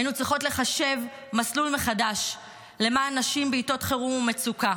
היינו צריכות לחשב מסלול מחדש למען נשים בעיתות חירום ומצוקה.